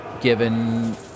given